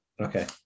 Okay